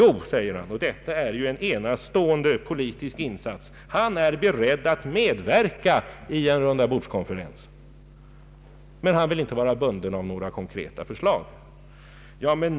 Han är, säger han — och det är ju en enastående politisk insats — beredd att medverka i en rundabordskonferens. Men han vill inte vara bunden av några konkreta förslag.